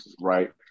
right